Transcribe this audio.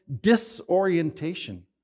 disorientation